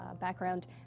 background